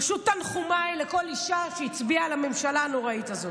פשוט תנחומיי לכל אישה שהצביעה לממשלה הנוראית הזאת.